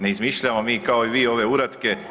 Ne izmišljamo mi kao i vi ove uratke.